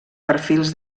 perfils